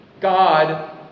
God